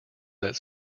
that